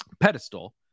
pedestal